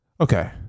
Okay